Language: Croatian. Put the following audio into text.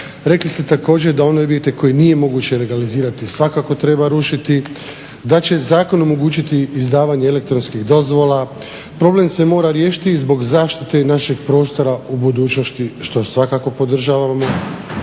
Rekli ste također da one objekte koje nije moguće legalizirati svakako treba rušiti, da će zakon omogućiti izdavanje elektronskih dozvola. Problem se mora riješiti i zbog zaštite našeg prostora u budućnosti što svakako podržavamo.